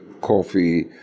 coffee